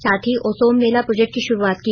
साथ ही असम मेला प्रोर्जेक्ट की शुरूआत की